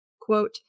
Quote